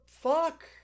fuck